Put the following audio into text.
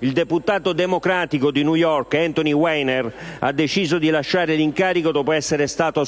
il deputato democratico di New York Anthony Weiner ha deciso di lasciare l'incarico dopo essere stato